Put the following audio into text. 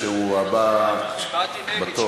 שהוא הבא בתור.